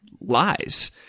lies